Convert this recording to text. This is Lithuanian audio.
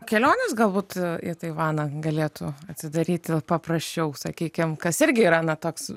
kelionės galbūt į taivaną galėtų atsidaryti paprasčiau sakykime kas irgi yra na toks